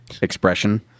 expression